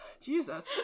Jesus